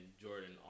Jordan